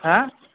হা